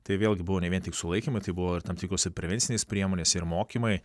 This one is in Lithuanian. tai vėlgi buvo ne vien tik sulaikymai tai buvo ir tam tikros ir prevencinės priemonės ir mokymai